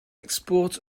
export